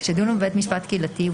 שידונו בבית משפט קהילתי,